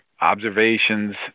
observations